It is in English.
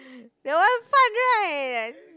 that one fun right